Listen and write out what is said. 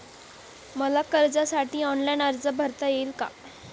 मला कर्जासाठी ऑनलाइन अर्ज भरता येईल का?